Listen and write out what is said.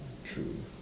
true